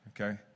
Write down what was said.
okay